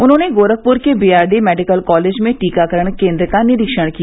उन्होंने गोरखपुर के BRD medical college में टीकाकरण केन्द्र का निरीक्षण किया